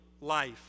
life